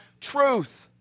truth